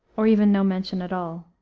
or even no mention at all.